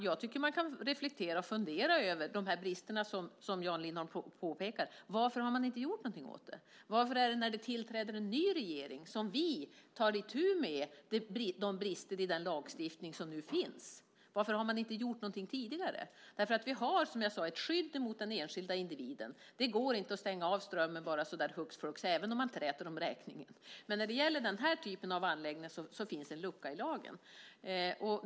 Jag tycker att man kan reflektera och fundera över de brister som Jan Lindholm har påpekat. Varför har man inte gjort någonting åt det? Varför är det när det tillträder en ny regering som vi tar itu med de brister i lagstiftningen som finns? Varför har man inte gjort något tidigare? Vi har, som jag sade, ett skydd för den enskilda individen. Det går inte att stänga av strömmen bara så där hux flux även om man träter om räkningen. Men när det gäller den här typen av anläggningar finns det en lucka i lagen.